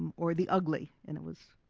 or the ugli and it was,